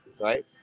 right